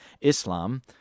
Islam